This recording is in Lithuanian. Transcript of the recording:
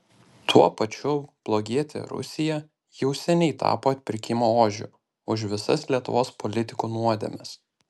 tuo pačiu blogietė rusija jau seniai tapo atpirkimo ožiu už visas lietuvos politikų nuodėmes